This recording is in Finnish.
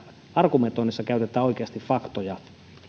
argumentoinnissa käytetään oikeasti faktoja